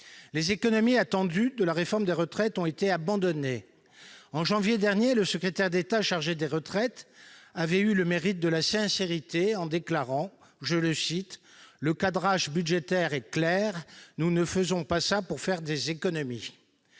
Les économies attendues de la réforme des retraites ont été abandonnées. En janvier dernier, le secrétaire d'État chargé des retraites avait eu le mérite de la sincérité en déclarant :« le cadrage budgétaire est clair, nous ne faisons pas ça pour faire des économies »